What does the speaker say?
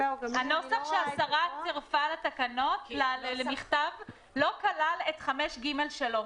הנוסח שהשרה צירפה למכתב לא כלל את (5)(ג3).